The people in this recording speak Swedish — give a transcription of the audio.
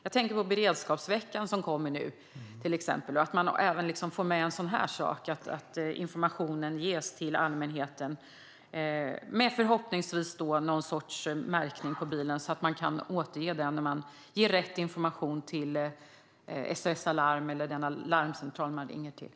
Jag tänker på till exempel Krisberedskapsveckan, som kommer nu. Där kan man få med även en sådan här sak. Då kan information ges till allmänheten om någon sorts märkning på bilen, så att man kan ge rätt information till SOS Alarm eller den larmcentral man ringer till.